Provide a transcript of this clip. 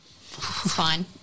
fine